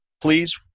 Please